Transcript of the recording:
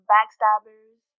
Backstabbers